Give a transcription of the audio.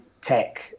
tech